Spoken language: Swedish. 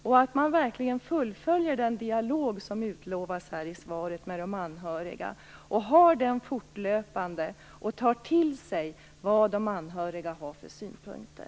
Det är viktigt att verkligen fullfölja den dialog med de anhöriga som utlovas i svaret, att föra den fortlöpande och att ta till sig de anhörigas synpunkter.